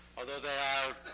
although they are